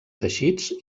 teixits